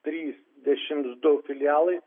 trisdešimt du filialai